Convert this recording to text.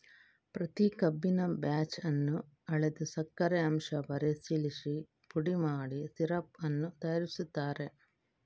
ಪ್ರತಿ ಕಬ್ಬಿನ ಬ್ಯಾಚ್ ಅನ್ನು ಅಳೆದು ಸಕ್ಕರೆ ಅಂಶ ಪರಿಶೀಲಿಸಿ ಪುಡಿ ಮಾಡಿ ಸಿರಪ್ ಅನ್ನು ತಯಾರಿಸುತ್ತಾರೆ